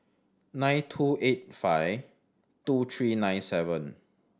nine two eight five two three nine seven